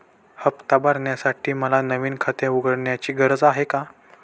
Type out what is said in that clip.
हफ्ता भरण्यासाठी मला नवीन खाते उघडण्याची गरज आहे का?